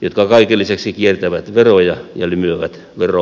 jotka kaiken lisäksi kiertävät veroja ja lymyävät veroparatiiseissa